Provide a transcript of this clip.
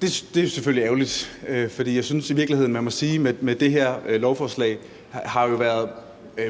Det er selvfølgelig ærgerligt, for jeg synes i virkeligheden, at man må sige, at det her lovforslag har været